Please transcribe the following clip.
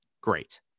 great